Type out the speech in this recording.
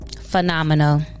Phenomenal